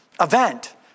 event